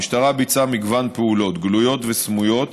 המשטרה ביצעה מגוון פעולות, גלויות וסמויות,